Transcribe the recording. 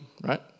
right